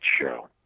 show